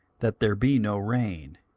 that there be no rain,